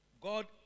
God